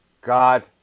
God